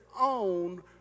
own